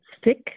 stick